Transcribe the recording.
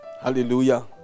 Hallelujah